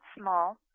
small